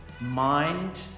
mind